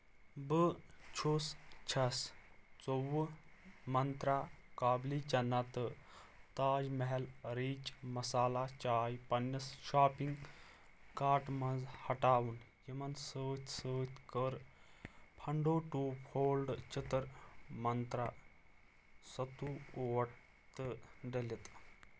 بہٕ چھُس چھَس ژووُہ منٛترٛا کابُلی چنا تہٕ تاج محل رِچ مسالہٕ چاے پنِنس شاپنگ کارٹ منٛز ہٹاوُن یِمن سۭتۍ سۭتۍ کٔر فنٛڈو ٹوٗ فولڈ چتٕر منٛترٛا ستوٗ اوٹ تہِ ڈیلت